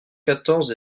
quatorze